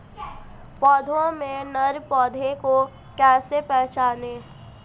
पौधों में नर पौधे को कैसे पहचानें?